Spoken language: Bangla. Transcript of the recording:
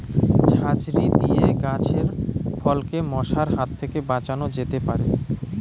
ঝাঁঝরি দিয়ে গাছের ফলকে মশার হাত থেকে বাঁচানো যেতে পারে?